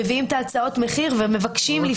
מביאים את הצעות המחיר ומבקשים.